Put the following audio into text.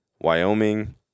wyoming